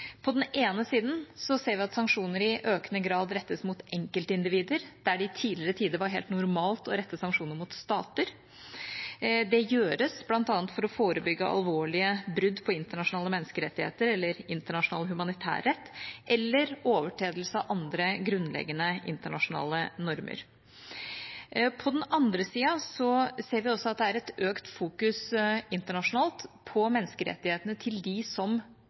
På den ene siden ser vi at sanksjoner i økende grad rettes mot enkeltindivider, der det i tidligere tider var helt normalt å rette sanksjoner mot stater. Det gjøres bl.a. for å forebygge alvorlige brudd på internasjonale menneskerettigheter eller internasjonal humanitærrett eller overtredelse av andre grunnleggende internasjonale normer. På den andre siden ser vi også at det er økt fokus internasjonalt på menneskerettighetene til dem som